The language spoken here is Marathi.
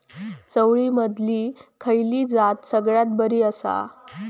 चवळीमधली खयली जात सगळ्यात बरी आसा?